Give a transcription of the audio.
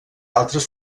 altres